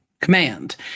command